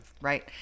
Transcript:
right